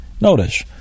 Notice